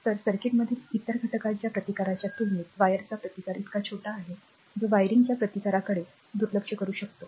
तर सर्किटमधील इतर घटकांच्या प्रतिकाराच्या तुलनेत वायरचा प्रतिकार इतका छोटा आहे जो वायरिंगच्या प्रतिकाराकडे दुर्लक्ष करू शकतो